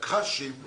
התקש"חים למיניהן,